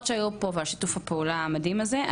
שהיו פה ועל שיתוף הפעולה המדהים הזה,